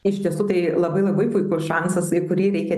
iš tiesų tai labai labai puikus šansas į kurį reikia